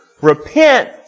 repent